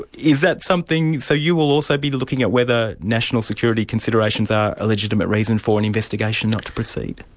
but is that something so you will also be looking at whether national security considerations are a legitimate reason for an investigation not to proceed?